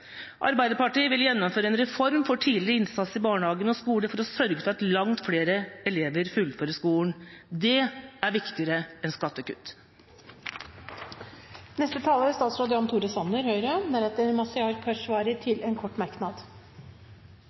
Arbeiderpartiet vil gjennomføre en reform for tidlig innsats i barnehage og skole for å sørge for at langt flere elever fullfører skolen. Det er viktigere enn skattekutt. Jeg tror i hvert fall at vi kan enes om at det begynner å nærme seg valg. En